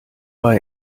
war